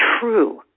true